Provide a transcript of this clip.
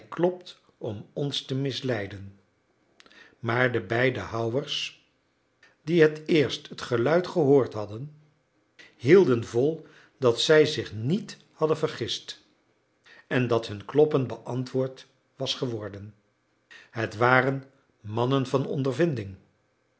klopt om ons te misleiden maar de beide houwers die het eerst het geluid gehoord hadden hielden vol dat zij zich niet hadden vergist en dat hun kloppen beantwoord was geworden het waren mannen van ondervinding